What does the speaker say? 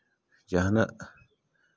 ᱡᱟᱦᱟᱱᱟᱜ